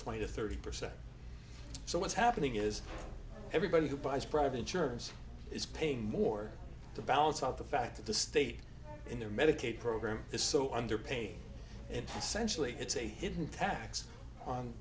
twenty to thirty percent so what's happening is everybody who buys private insurance is paying more to balance out the fact that the state in their medicaid program is so underpaid and sensually it's a hidden tax on